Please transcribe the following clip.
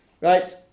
right